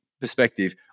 perspective